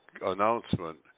announcement